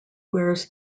wears